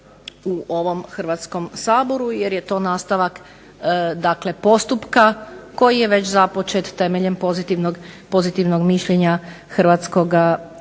u ovom Hrvatskom saboru jer je to nastavak postupka koji je već započet temeljem pozitivnog mišljenja Hrvatskoga sabora.